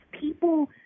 People